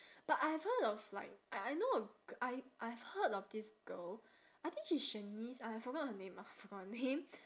but I have heard of like I I know a g~ I I've heard of this girl I think she's shanice !aiya! forgot her name ah forgot her name